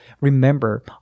remember